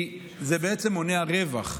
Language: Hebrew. זה בעצם מונע רווח,